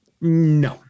No